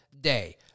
day